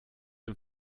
dem